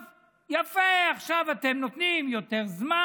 יפה, עכשיו אתם נותנים יותר זמן.